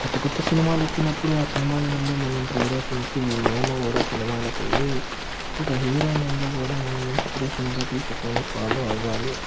కొత్త కొత్త సినిమాలు వచ్చినప్పుడు ఆ సినిమాల నుండి మనం ప్రేరేపించి మనము కూడా సినిమాలకి వెళ్ళి ఒక హీరో నుండి కూడా మనం ఇన్స్పిరేషన్గా తీసుకొని ఫాలో అవ్వాలి